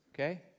Okay